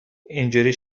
اینجوری